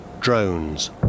Drones